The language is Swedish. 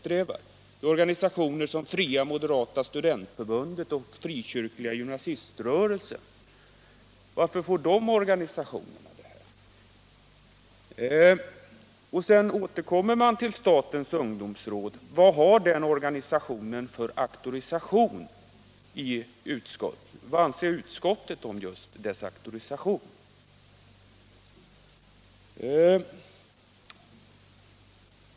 Det är organisationer som Fria Moderata Studentförbundet och Frikyrkliga Gymnasiströrelsen. Varför får dessa organisationer de här bidragen? Sedan återkommer jag, herr Larsson i Staffanstorp, till statens ungdomsråd. Vad anser utskottet om dess auktorisation?